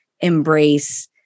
embrace